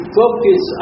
focus